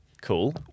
Cool